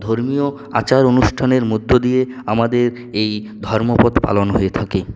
ধর্মীয় আচার অনুষ্ঠানের মধ্য দিয়ে আমাদের এই ধর্মপত পালন হয়ে থাকে